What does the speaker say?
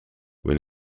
when